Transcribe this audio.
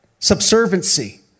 subservancy